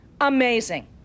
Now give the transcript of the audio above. Amazing